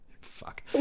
Fuck